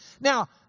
Now